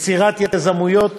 יצירת יזמויות,